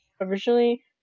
originally